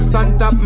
Santa